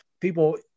people